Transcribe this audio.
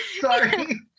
Sorry